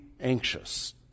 anxious